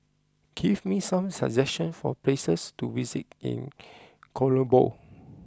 give me some suggestions for places to visit in Colombo